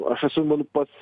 aš atsimenu pats